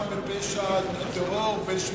זה רק מתאבד, או מי שנאשם בפשע טרור כשהוא בן 18,